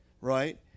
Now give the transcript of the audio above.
right